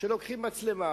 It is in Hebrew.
שלוקחים מצלמה,